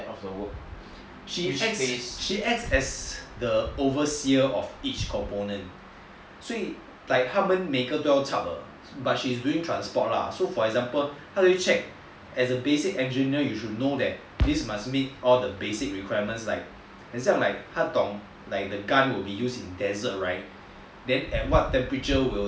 she acts as a overseer of each component 所以 like 他们每个都要 chap but she's doing transport lah for example 他会 check as a basic engineer you should know that this must meet all the basic requirements like 很像 like 他懂 the gun used in desert right then at what temperature will the